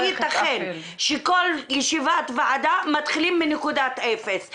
ייתכן שכל ישיבת ועדה מתחילים מנקודת אפס.